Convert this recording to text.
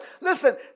listen